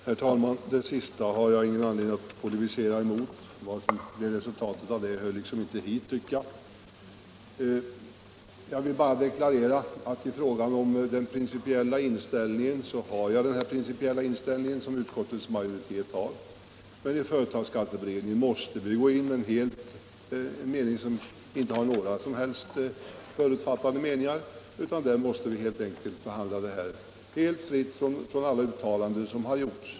Herr talman! Det sista har jag ingen anledning att polemisera mot. Vad som i detta fall blev resultatet hör liksom inte hit. Jag vill bara deklarera att jag har den principiella inställning som utskottets majoritet har. Men i företagsskatteberedningen måste vi gå till verket utan några som helst förutfattade meningar. Vi måste där behandla den här frågan utan att ta hänsyn till alia uttalanden som gjorts.